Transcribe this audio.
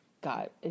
got